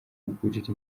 kugurira